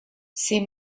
ces